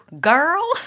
girl